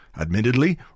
admittedly